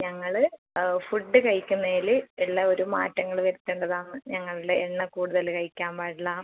ഞങ്ങൾ ഫുഡ്ഡ് കഴിക്കുന്നതിൽ എല്ലാം ഒരു മാറ്റങ്ങൾ വരുത്തേണ്ടതാണ് ഞങ്ങൾ എണ്ണ കൂടുതൽ കഴിക്കാൻ പാടില്ല